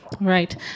Right